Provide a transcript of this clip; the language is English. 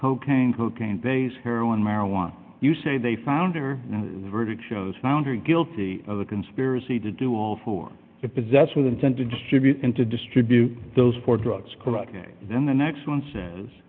cocaine cocaine heroin marijuana you say they found her verdict shows found her guilty of the conspiracy to do all four possess with intent to distribute and to distribute those for drugs then the next one says